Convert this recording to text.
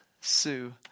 Sue